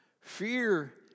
fear